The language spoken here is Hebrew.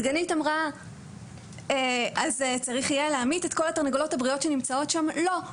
דגנית אמרה שצריך יהיה להמית את כל התרנגולות הבריאות שנמצאות שם לא.